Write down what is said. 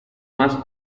más